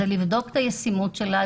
זה לבדוק את הישימות שלה,